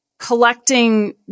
collecting